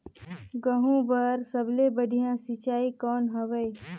गहूं बर सबले बढ़िया सिंचाई कौन हवय?